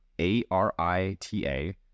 A-R-I-T-A